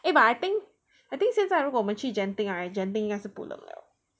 eh but I think I think 现在如果我们去 Genting right Genting 应该是不冷了:ying gai shi bubu leng le